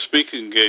speaking